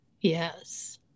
Yes